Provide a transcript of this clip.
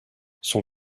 son